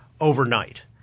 overnight